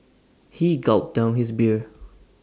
he gulped down his beer